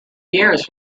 years